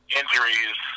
injuries